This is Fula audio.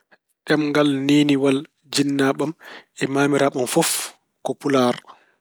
Ɗemngal neeniiwal jinnaaɓe am ko e maamiraaɓe am fof ko Pulaar.